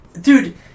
dude